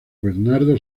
bernardo